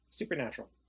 Supernatural